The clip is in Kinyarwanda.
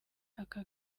aka